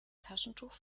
taschentuch